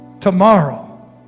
Tomorrow